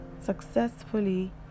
successfully